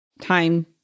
time